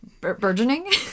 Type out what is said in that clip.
burgeoning